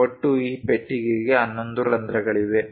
ಒಟ್ಟು ಈ ಪೆಟ್ಟಿಗೆಗೆ 11 ರಂಧ್ರಗಳಿವೆ